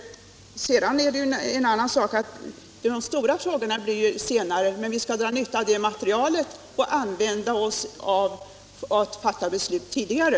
Sedan är det en annan sak att de stora frågorna kommer att behandlas senare, men det hindrar inte att vi drar nytta av det materialet för att kunna fatta beslut tidigare.